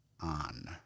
on